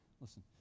listen